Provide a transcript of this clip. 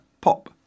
pop